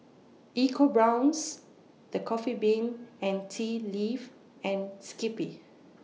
EcoBrown's The Coffee Bean and Tea Leaf and Skippy